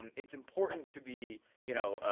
um it's important to be, you know,